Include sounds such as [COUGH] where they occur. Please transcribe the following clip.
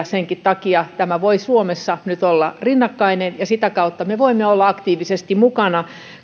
[UNINTELLIGIBLE] senkin takia tämä voi suomessa nyt olla rinnakkainen ja sitä kautta me voimme olla aktiivisesti mukana